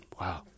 Wow